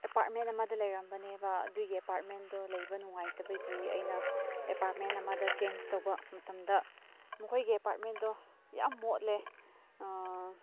apartment ꯑꯃꯗ ꯂꯩꯔꯝꯕꯅꯦ ꯑꯗꯨꯒꯤ ꯑꯦꯄꯥꯔꯠꯃꯦꯟꯗꯣ ꯂꯩꯕ ꯅꯨꯡꯉꯥꯏꯇꯕꯒꯤ ꯑꯩꯅ ꯑꯦꯄꯥꯔꯠꯃꯦꯟ ꯑꯃꯗ ꯆꯦꯟꯖ ꯇꯧꯕ ꯃꯇꯝꯗ ꯃꯈꯣꯏꯒꯤ ꯑꯦꯄꯥꯔꯠꯃꯦꯟꯗꯣ ꯌꯥꯝ ꯃꯣꯠꯂꯦ